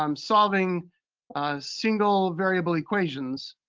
um solving single variable equations,